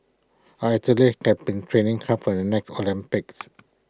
our athletes have been training hard for the next Olympics